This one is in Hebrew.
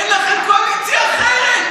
אין לכם קואליציה אחרת.